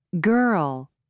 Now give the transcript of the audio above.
girl